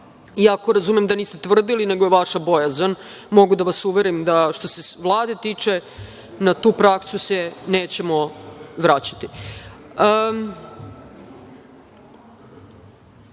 ako razumem da niste tvrdili nego je vaša bojazan. Mogu da vas uverim što se Vlade tiče na tu praksu se nećemo vraćati. Dve